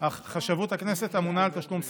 אך חשבות הכנסת אמונה על תשלום שכרם.